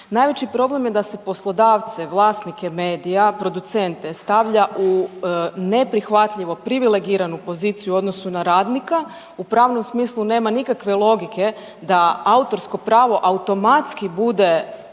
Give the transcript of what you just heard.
Najveći problem je da se poslodavce, vlasnike medije, producente stavlja u neprihvatljivo privilegiranu poziciju u odnosu na radnika. U pravnom smislu nema nikakve logike da autorsko pravo automatski bude